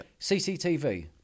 CCTV